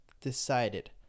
decided